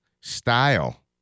Style